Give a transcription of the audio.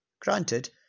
Granted